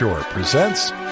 presents